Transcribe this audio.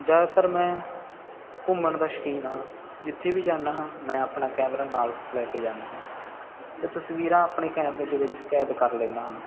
ਜ਼ਿਆਦਾਤਰ ਮੈਂ ਘੁੰਮਣ ਦਾ ਸ਼ੌਕੀਨ ਹਾਂ ਜਿੱਥੇ ਵੀ ਜਾਂਦਾ ਹਾਂ ਮੈਂ ਆਪਣਾ ਕੈਮਰਾ ਨਾਲ ਲੈ ਕੇ ਜਾਂਦਾ ਹਾਂ ਅਤੇ ਤਸਵੀਰਾਂ ਆਪਣੇ ਕੈਮਰੇ ਦੇ ਵਿੱਚ ਕੈਦ ਕਰ ਲੈਂਦਾ ਹਾਂ